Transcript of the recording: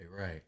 Right